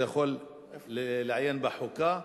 אתה יכול לעיין בחוקה.